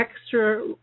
extra